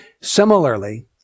Similarly